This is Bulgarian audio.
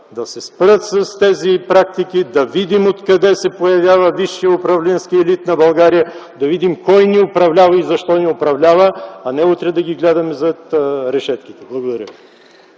да се спре с тези практики, да видим откъде се появява висшият управленски екип на България, да видим кой ни управлява и защо ни управлява, а не утре да ги гледаме зад решетките. Благодаря